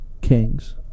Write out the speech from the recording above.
Kings